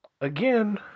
again